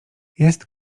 jest